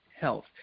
health